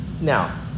Now